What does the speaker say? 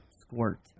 Squirt